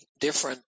different